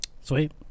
Sweet